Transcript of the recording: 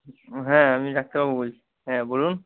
হ্যাঁ আমি ডাক্তারবাবু বলছি হ্যাঁ বলুন